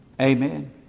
Amen